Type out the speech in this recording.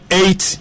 eight